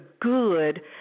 good